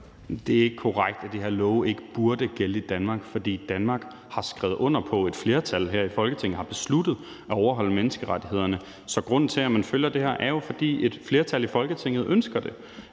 Det er ikke korrekt, at det heldigvis ikke burde gælde i Danmark, for et flertal her i Folketinget har besluttet at overholde menneskerettighederne. Så grunden til, at man følger det her, er jo, at et flertal i Folketinget ønsker det.